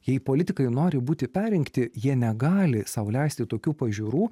jei politikai nori būti perrinkti jie negali sau leisti tokių pažiūrų